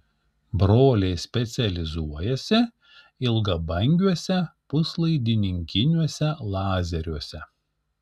broliai specializuojasi ilgabangiuose puslaidininkiniuose lazeriuose